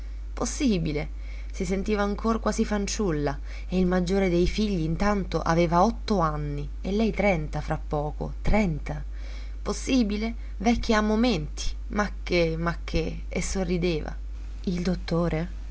possibile si sentiva ancor quasi fanciulla e il maggiore dei figli intanto aveva otto anni e lei trenta fra poco trenta possibile vecchia a momenti ma che ma che e sorrideva il dottore